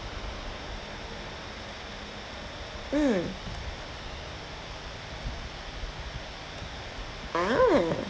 mm ah